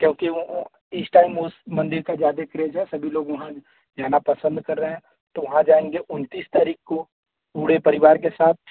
क्योंकि वह इस टाइम उस मंदिर का ज़्यादा क्रेज है सभी लोग वहाँ जाना पसंद कर रहे हैं तो वहाँ जाएँगे उन्तीस तारीख को पूरे परिवार के साथ